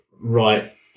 right